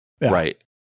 Right